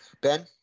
Ben